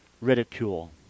ridicule